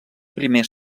primer